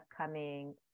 upcoming